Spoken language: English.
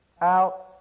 out